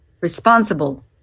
responsible